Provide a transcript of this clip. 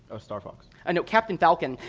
ah starfox. and no, captain falcon.